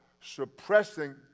suppressing